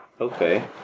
Okay